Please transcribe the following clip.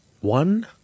one